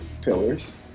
pillars